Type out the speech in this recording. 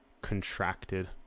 contracted